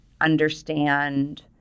understand